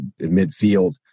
midfield